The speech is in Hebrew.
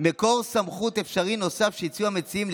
"מקור סמכות אפשרי נוסף שהציעו המציעים,